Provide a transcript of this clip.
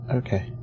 okay